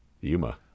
Yuma